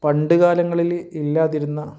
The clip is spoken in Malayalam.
പണ്ടു കാലങ്ങളിൽ ഇല്ലാതിരുന്ന